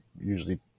usually